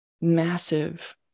massive